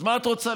אז מה את רוצה,